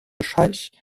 scheich